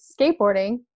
skateboarding